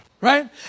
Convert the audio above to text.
right